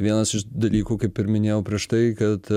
vienas iš dalykų kaip ir minėjau prieš tai kad